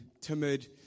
timid